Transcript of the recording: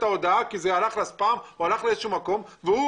ההודעה כי זה הלך לספאם או הלך לאיזשהו מקום אחר והוא